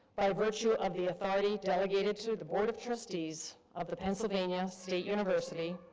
by virtue of the authority delegated to the board of trustees of the pennsylvania state university,